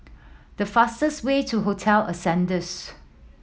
the fastest way to Hotel Ascendere